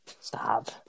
stop